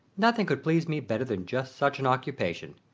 nothing could please me better than just such an occupation.